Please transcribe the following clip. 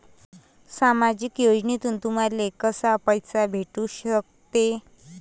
सामाजिक योजनेतून तुम्हाले कसा पैसा भेटू सकते?